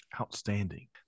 Outstanding